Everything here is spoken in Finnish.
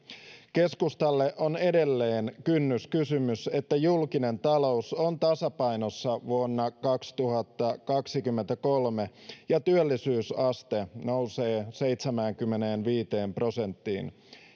keskustalle on edelleen kynnyskysymys että julkinen talous on tasapainossa vuonna kaksituhattakaksikymmentäkolme ja työllisyysaste nousee seitsemäänkymmeneenviiteen prosenttiin